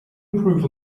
improve